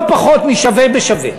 לא פחות משווה בשווה.